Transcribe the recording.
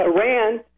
Iran